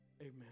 amen